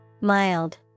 Mild